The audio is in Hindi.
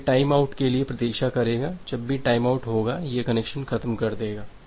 तो यह टाइम आउट के लिए प्रतीक्षा करेगा जब भी टाइमआउट होगा यह कनेक्शन ख़त्म कर देगा